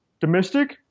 domestic